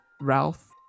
ralph